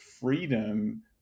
freedom